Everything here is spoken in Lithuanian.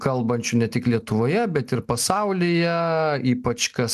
kalbančių ne tik lietuvoje bet ir pasaulyje ypač kas